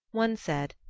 one said,